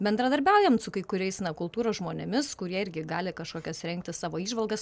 bendradarbiaujam su kai kuriais na kultūros žmonėmis kurie irgi gali kažkokias rengti savo įžvalgas